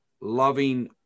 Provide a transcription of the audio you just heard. loving